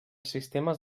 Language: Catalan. sistemes